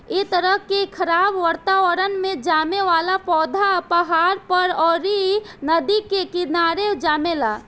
ए तरह के खराब वातावरण में जामे वाला पौधा पहाड़ पर, अउरी नदी के किनारे जामेला